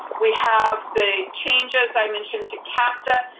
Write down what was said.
we have the changes i mentioned to capta.